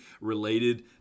related